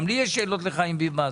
גם לי יש שאלות לחיים ביבס.